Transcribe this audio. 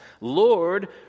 Lord